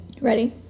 Ready